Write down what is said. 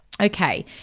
Okay